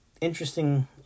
Interesting